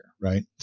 right